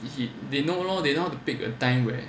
if he they know lor they know when to pick a time when